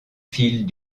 fils